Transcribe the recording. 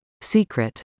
Secret